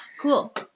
Cool